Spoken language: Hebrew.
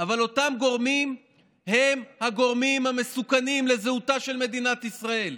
אבל אותם גורמים הם הגורמים המסוכנים לזהותה של מדינת ישראל,